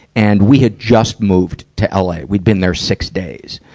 and we have just moved to la. we'd been there six days,